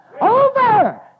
over